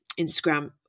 Instagram